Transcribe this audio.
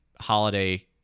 holiday